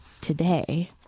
today